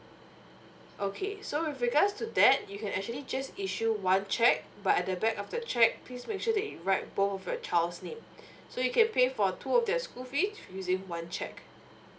okay so with regards to that you can actually just issue one cheque but at the back of the cheque please make sure that you write both of your child's name so you can pay for two of their school fee using one cheque